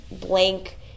blank